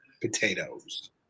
potatoes